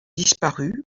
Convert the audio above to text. disparu